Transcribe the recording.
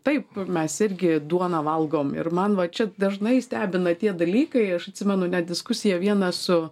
taip mes irgi duoną valgom ir man va čia dažnai stebina tie dalykai aš atsimenu net diskusiją vieną su